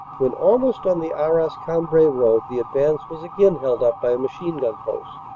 when almost on the arras-cambrai road the advance was again held up by a machine-gun post,